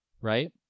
right